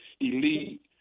elite